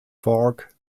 fork